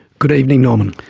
good evening norman.